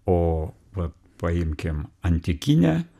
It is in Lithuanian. o va paimkim antikinę